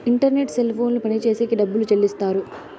internet cell ఫోన్లు పనిచేసేకి డబ్బులు చెల్లిస్తారు